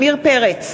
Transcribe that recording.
עמיר פרץ,